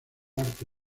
arte